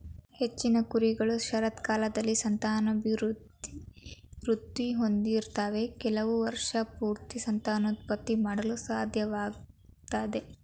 ಹೆಚ್ಚಿನ ಕುರಿಗಳು ಶರತ್ಕಾಲದಲ್ಲಿ ಸಂತಾನವೃದ್ಧಿ ಋತು ಹೊಂದಿರ್ತವೆ ಕೆಲವು ವರ್ಷಪೂರ್ತಿ ಸಂತಾನೋತ್ಪತ್ತಿ ಮಾಡಲು ಸಾಧ್ಯವಾಗ್ತದೆ